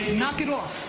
knock it off.